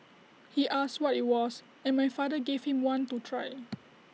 he asked what IT was and my father gave him one to try